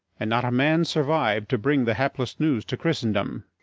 and not a man surviv'd to bring the hapless news to christendom.